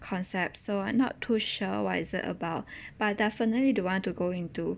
concepts so I'm not too sure what is it about but I definitely don't want to go into